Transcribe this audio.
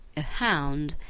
a hound,